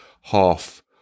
half